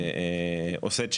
שאדם עושה בידוק,